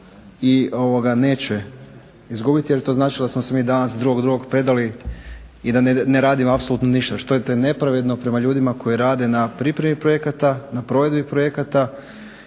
i neće izgubiti jer bi to značilo da smo se mi danas 2.2. predali i da ne radimo apsolutno ništa. To je nepravedno prema ljudima koji rade na pripremi projekata, na provedbi projekata